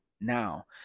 now